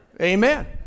Amen